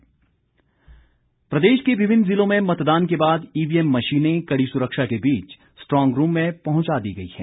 EVM प्रदेश के विभिन्न जिलों में मतदान के बाद ईवीएम मशीनें कड़ी सुरक्षा के बीच स्ट्रॉन्ग रूम में पहुंचा दी गई है